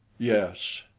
yes,